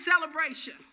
celebration